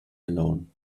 alone